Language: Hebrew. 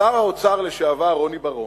שר האוצר לשעבר רוני בר-און,